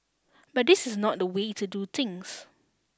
but this is not the way to do things